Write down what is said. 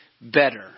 better